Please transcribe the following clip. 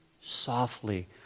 softly